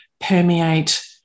permeate